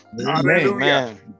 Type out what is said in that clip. amen